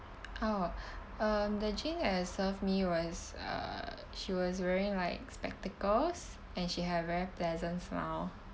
oh um the jane that serve me was uh she was wearing like spectacles and she have very pleasant smile